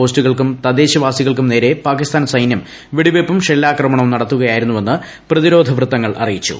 പോസ്റ്റുകൾക്കും തദ്ദേശവാസികൾക്കും നേരെ പാകിസ്ഥാൻ വെടിവയ്പ്പും ഷെല്ലാക്രമണവും സൈന്യം നടത്തുകയായിരുന്നുവെന്ന് പ്രതിരോധ വൃത്തങ്ങൾ അറിയിച്ചു